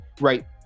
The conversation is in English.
right